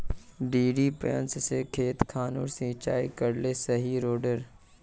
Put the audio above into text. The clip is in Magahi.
डिरिपयंऋ से खेत खानोक सिंचाई करले सही रोडेर?